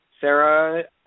sarah